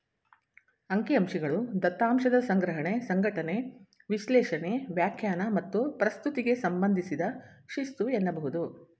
ಅಂಕಿಅಂಶಗಳು ದತ್ತಾಂಶದ ಸಂಗ್ರಹಣೆ, ಸಂಘಟನೆ, ವಿಶ್ಲೇಷಣೆ, ವ್ಯಾಖ್ಯಾನ ಮತ್ತು ಪ್ರಸ್ತುತಿಗೆ ಸಂಬಂಧಿಸಿದ ಶಿಸ್ತು ಎನ್ನಬಹುದು